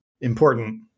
important